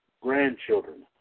grandchildren